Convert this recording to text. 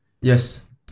Yes